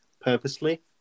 purposely